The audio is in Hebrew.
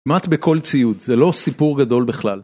כמעט בכל ציוד, זה לא סיפור גדול בכלל.